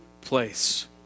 place